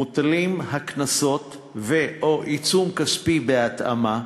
מוטלים הקנסות ו/או עיצום כספי, בהתאמה,